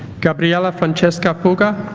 gabriella francesca poga